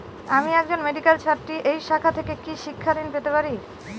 আমি একজন মেডিক্যাল ছাত্রী এই শাখা থেকে কি শিক্ষাঋণ পেতে পারি?